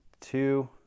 two